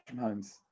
Holmes